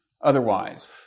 otherwise